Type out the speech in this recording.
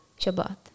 Shabbat